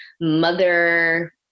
mother